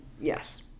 Yes